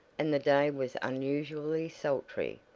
and the day was unusually sultry,